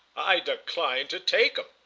i decline to take him.